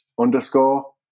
underscore